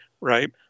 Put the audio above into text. right